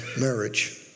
marriage